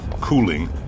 cooling